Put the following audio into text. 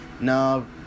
no